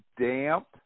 damp